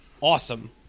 awesome